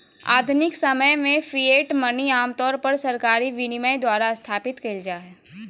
आधुनिक समय में फिएट मनी आमतौर पर सरकारी विनियमन द्वारा स्थापित कइल जा हइ